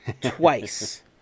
twice